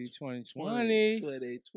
2020